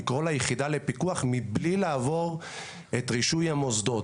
לקרוא ליחידה לפיקוח מבלי לעבור את רישוי המוסדות.